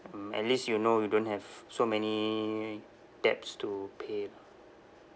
mm at least you know you don't have so many debts to pay lah